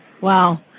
Wow